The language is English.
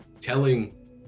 telling